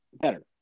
Better